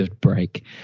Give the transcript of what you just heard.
break